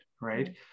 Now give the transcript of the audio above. Right